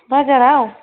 बाजाराव